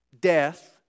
death